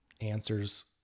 answers